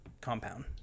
compound